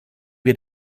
wir